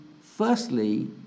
firstly